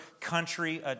country